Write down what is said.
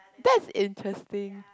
that's interesting